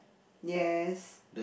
yes